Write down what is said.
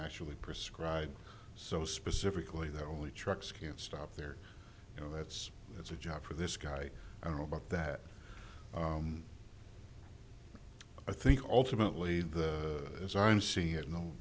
actually prescribe so specifically that only trucks can stop there you know that's that's a job for this guy i don't know about that i think ultimately the as i'm seeing it no